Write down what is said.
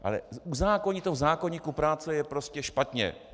Ale uzákonit to v zákoníku proce je prostě špatně!